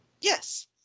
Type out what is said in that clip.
Yes